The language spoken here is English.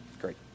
Great